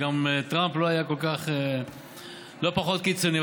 וגם טרמפ לא היה פחות קיצוני,